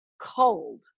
cold